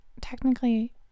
technically